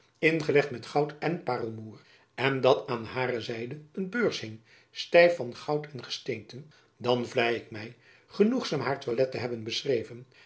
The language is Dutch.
ingelegd met goud en paerlemoêr en dat aan hare zijde een beurs hing stijf van goud en gesteenten dan vlei ik my genoegzaam haar toilet te hebben beschreven